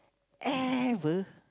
ever